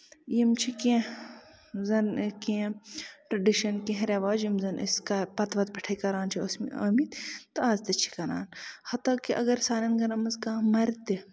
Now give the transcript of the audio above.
یِم چھِ کیٚنہہ زَن کیٚنہہ ٹریڈِشَن کیٚنہہ رواج یِم زَن أسۍ پَتہٕ وَتہٕ پٮ۪ٹھٕے أسۍ کران چھِ ٲسۍ مٕتۍ آمٕتۍ تہٕ آز تہِ چھِ کران ہَتاکہِ سانٮ۪ن گرَن منٛز کانہہ مَرِ تہِ